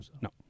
No